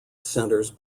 centres